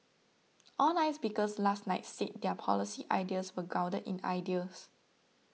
all nine speakers last night said their policy ideas were grounded in ideals